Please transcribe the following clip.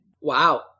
Wow